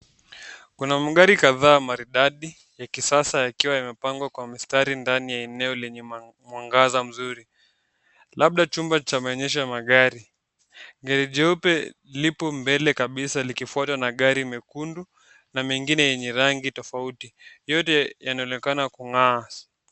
Kuna magari kadhaa maridadi ya kisasa yakiwa yamepangwa kwa mistari ndani ya eneo lenye mwangaza mzuri. Labda chumba cha maonyesho ya magari. Gari jeupe lipo mbele kabisa likifuatwa na gari mekundu na mengine yenye rangi tofauti. Yote yanaonekana kung'aa.